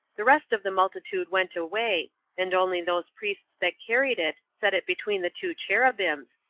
the rest of the multitude went away, and only those priests that carried it set it between the two cherubims,